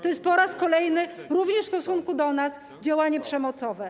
To jest po raz kolejny, również w stosunku do nas, działanie przemocowe.